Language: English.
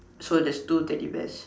so there's two teddy bears